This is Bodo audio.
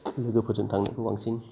लोगोफोरजों थांनायखौ बांसिन